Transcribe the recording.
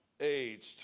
aged